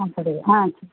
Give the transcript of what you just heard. அப்படி ஆ சே